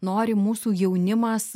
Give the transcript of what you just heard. nori mūsų jaunimas